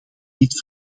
dit